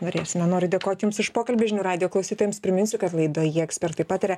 norėsime noriu dėkoti jums už pokalbį žinių radijo klausytojams priminsiu kad laidoje ekspertai pataria